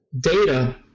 data